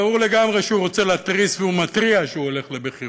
ברור לגמרי שהוא רוצה להתריס והוא מתריע שהוא הולך לבחירות.